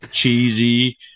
cheesy